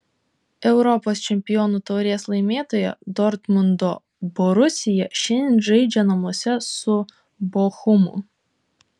europos čempionų taurės laimėtoja dortmundo borusija šiandien žaidžia namuose su bochumu